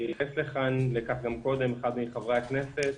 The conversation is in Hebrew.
התייחס לכך קודם אחד מחברי הכנסת